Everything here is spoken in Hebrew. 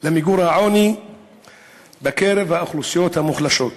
למיגור העוני בקרב האוכלוסיות המוחלשות.